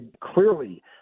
clearly